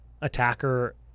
attacker